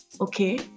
okay